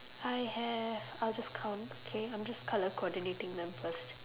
I have I'll just count okay I'm just colour coordinating them first